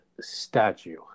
statue